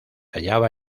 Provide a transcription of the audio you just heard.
hallaba